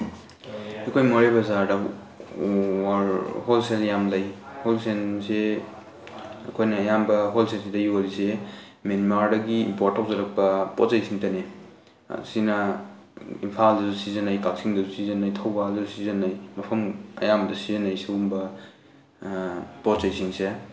ꯑꯩꯈꯣꯏ ꯃꯣꯔꯦ ꯕꯖꯥꯔꯗ ꯍꯣꯜꯁꯦꯜ ꯌꯥꯝ ꯂꯩ ꯍꯣꯜꯁꯦꯜꯁꯤ ꯑꯩꯈꯣꯏꯅ ꯑꯌꯥꯝꯕ ꯍꯣꯜꯁꯦꯜꯁꯤꯗ ꯌꯣꯜꯂꯤꯁꯤ ꯃꯦꯟꯃꯥꯔꯗꯒꯤ ꯏꯝꯄꯣꯔꯠ ꯇꯧꯖꯔꯛꯄ ꯄꯣꯠ ꯆꯩ ꯁꯤꯡꯇꯅꯤ ꯁꯤꯅ ꯏꯝꯐꯥꯜꯗꯁꯨ ꯁꯤꯖꯤꯟꯅꯩ ꯀꯛꯆꯤꯡꯗꯁꯨ ꯁꯤꯖꯤꯟꯅꯩ ꯊꯧꯕꯥꯜꯗꯁꯨ ꯁꯤꯖꯤꯟꯅꯩ ꯃꯐꯝ ꯑꯌꯥꯝꯕꯗ ꯁꯤꯖꯤꯟꯅꯩ ꯁꯤꯒꯨꯝꯕ ꯄꯣꯠ ꯆꯩꯁꯤꯡꯁꯦ